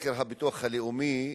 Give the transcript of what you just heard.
סקר הביטוח הלאומי: